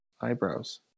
eyebrows